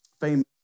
famous